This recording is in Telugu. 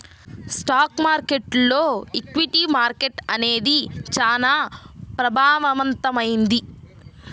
స్టాక్ మార్కెట్టులో ఈక్విటీ మార్కెట్టు అనేది చానా ప్రభావవంతమైంది